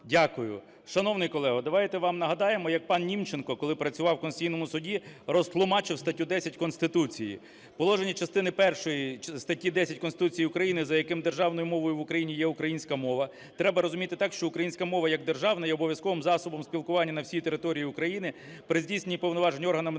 Дякую. Шановний колего, давайте вам нагадаємо, як пан Німченко, коли працював у Конституційному Суді, розтлумачив статтю 10 Конституції. Положення частини першої статті 10 Конституції України, за яким "державною мовою в Україні є українська мова", треба розуміти так, що українська мова як державна є обов'язковим засобом спілкування на всій території України при здійснення повноважень органами державної